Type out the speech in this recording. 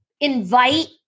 invite